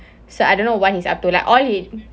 so I don't know what he's up to like all he